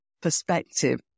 perspective